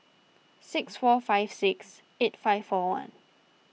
six four five six eight five four one